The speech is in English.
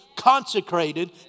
consecrated